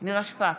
נירה שפק,